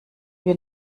wir